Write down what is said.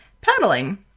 paddling